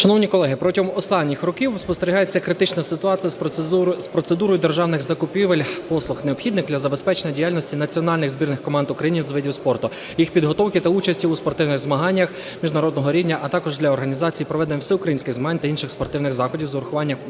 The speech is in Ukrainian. Шановні колеги, протягом останніх років спостерігається критична ситуація з процедурою державних закупівель послуг, необхідних для забезпечення діяльності національних збірних команд України з видів спорту, їх підготовки та участі в спортивних змаганнях міжнародного рівня, а також для організації проведення всеукраїнських змагань та інших спортивних заходів з урахуванням